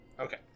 Okay